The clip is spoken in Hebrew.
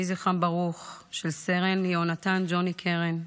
יהי זכרם ברוך, של סרן יהונתן (ג'וני) קרן,